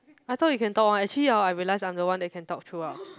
I thought you can talk one actually orh I realise I'm the one that can talk throughout